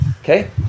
Okay